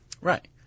Right